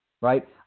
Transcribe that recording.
Right